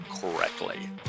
correctly